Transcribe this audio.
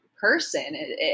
person